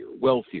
wealthier